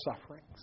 sufferings